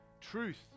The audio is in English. truth